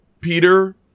Peter